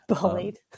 Bullied